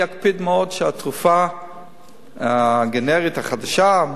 אני אקפיד מאוד שהתרופה הגנרית החדשה,